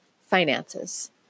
finances